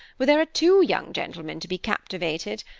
where there are two young gentlemen to be captivated.